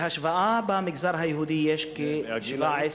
בהשוואה, במגזר היהודי יש כ-17%.